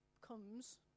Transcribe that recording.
comes